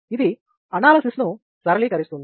ఇది అనాలసిస్ ను సరళీకరిస్తుంది